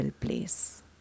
place